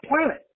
planet